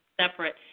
separate